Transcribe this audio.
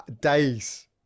days